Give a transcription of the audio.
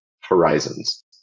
horizons